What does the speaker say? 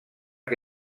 que